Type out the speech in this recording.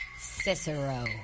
Cicero